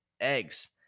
eggs